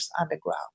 underground